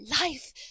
life